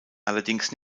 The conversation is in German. allerdings